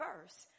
first